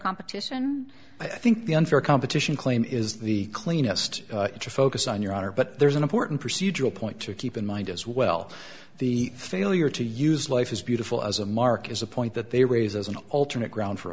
competition i think the unfair competition claim is the cleanest focus on your honor but there's an important procedural point to keep in mind as well the failure to use life is beautiful as a mark is a point that they raise as an alternate ground for